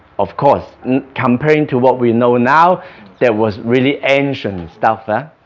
of course and compared to what we know now that was really ancient stuff there,